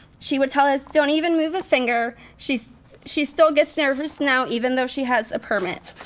she would tell us, don't even move a finger. she she still gets nervous now even though she has a permit.